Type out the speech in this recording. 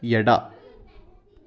ಎಡ